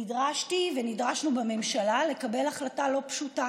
נדרשתי ונדרשנו בממשלה לקבל החלטה לא פשוטה: